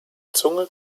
zunge